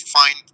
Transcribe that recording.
find